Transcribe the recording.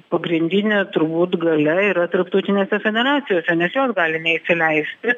pagrindinė turbūt galia yra tarptautinėse federacijose nes jos gali neįsileisti